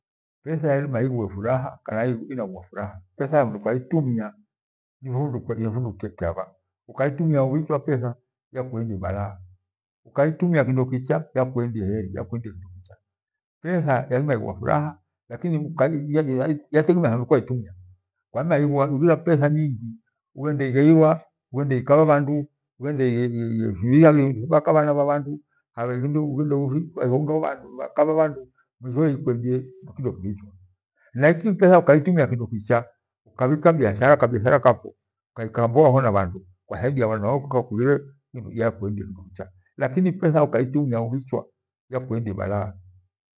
Petha yairima ighue furaha kana inaghwa furaha. Petha thafundu kwaitumia nivo fundu kyava. Ukaitumia ubhichwa petha yakuendia balaa ukaitumia kindo kicha yakuendia kindo kicha. Petha yairima ighua furaha lakini ya- yatemea fundu nkwaitumia, kwairima ighira petha nyingi, ughende igheirwa, ughende ighekabha bhandu, ughende ighebaka bhana bhabhandu ughende igheibha, bhaka bhabhandu, mwisho we ikuendie kindo kibhichwa henaiko petha ukaitumia kindo kicha, ukabhika biashara kabiathara ukaikaa rubia na bhandu ukathaidia na bhandu naiwe kughire njoo njicha lakini petha ukaitumia ubhichwa yakue ndie balaa.